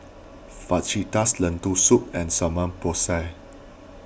Fajitas Lentil Soup and Samgeyopsal